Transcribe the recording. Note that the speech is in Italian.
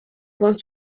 buon